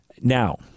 now